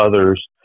others